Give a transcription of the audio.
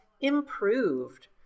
improved